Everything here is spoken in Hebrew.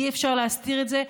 אי-אפשר להסתיר את זה.